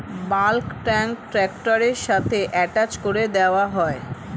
bulk tank ট্র্যাক্টরের সাথে attach করে দেওয়া হয়